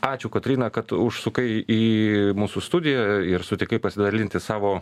ačiū kotryna kad užsukai į mūsų studiją ir sutikai pasidalinti savo